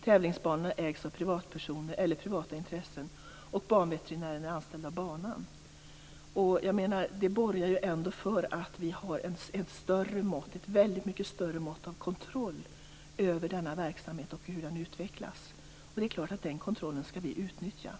Tävlingsbanorna ägs av privatpersoner eller privata intressen. Banveterinären är anställd av banan. Det borgar ändå för att vi har ett väldigt mycket större mått av kontroll över denna verksamhet och hur den utvecklas. Det är klart att vi skall utnyttja den kontrollen.